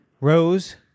Rose